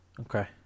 Okay